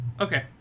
Okay